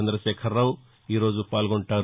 చందశేఖరరావు ఈరోజు పాల్గొంటారు